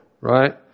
right